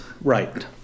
right